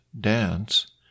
dance